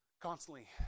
constantly